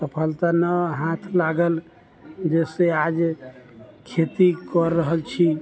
सफलता नहि हाथ लागल जइसे आज खेती करि रहल छी